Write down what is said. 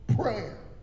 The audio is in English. Prayer